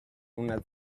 una